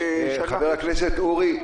חבר הכנסת אורי,